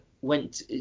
went